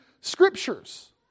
scriptures